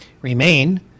remain